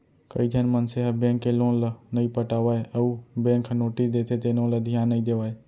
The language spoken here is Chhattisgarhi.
कइझन मनसे ह बेंक के लोन ल नइ पटावय अउ बेंक ह नोटिस देथे तेनो ल धियान नइ देवय